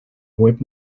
web